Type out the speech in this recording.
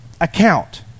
account